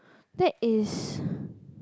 that is